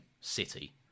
city